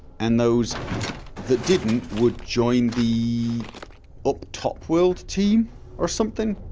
and those that didn't would join the up top world team or something